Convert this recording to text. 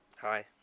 Hi